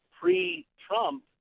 pre-Trump